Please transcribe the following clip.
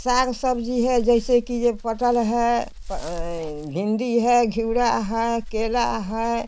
साग सब्जी है जैसे कि यह पटल है भिंडी है घीवड़ा है केला है